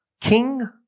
king